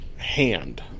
hand